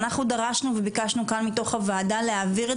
אנחנו דרשנו וביקשנו כאן מתוך הוועדה להעביר את